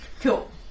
Cool